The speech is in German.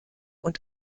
und